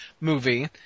movie